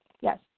yes